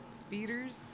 speeders